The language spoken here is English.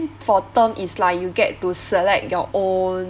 for term is like you get to select your own